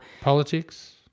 Politics